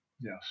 Yes